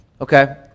okay